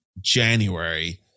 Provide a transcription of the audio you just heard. January